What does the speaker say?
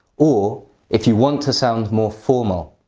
or if you want to sound more formal.